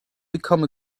become